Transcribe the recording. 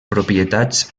propietats